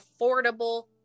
affordable